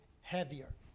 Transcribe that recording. heavier